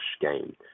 game